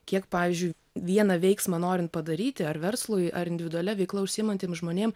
kiek pavyzdžiui vieną veiksmą norint padaryti ar verslui ar individualia veikla užsiimantiems žmonėm